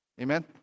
Amen